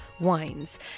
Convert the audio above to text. wines